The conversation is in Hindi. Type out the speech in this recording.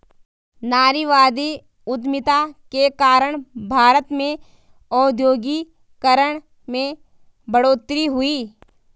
नारीवादी उधमिता के कारण भारत में औद्योगिकरण में बढ़ोतरी हुई